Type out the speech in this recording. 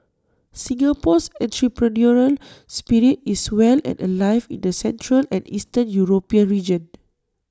Singapore's entrepreneurial spirit is well and alive in the central and eastern european region